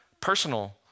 Personal